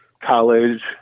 college